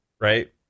right